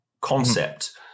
concept